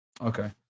Okay